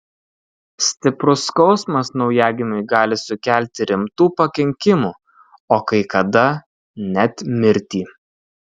stiprus skausmas naujagimiui gali sukelti rimtų pakenkimų o kai kada net mirtį